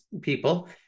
people